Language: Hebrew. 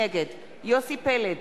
נגד יוסי פלד,